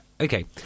Okay